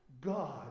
God